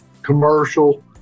Commercial